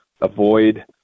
avoid